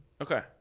Okay